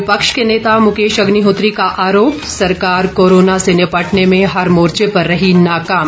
विपक्ष के नेता मुकेश अग्निहोत्री का आरोप सरकार कोरोना से निपटने में हर मोर्चे पर रही नाकाम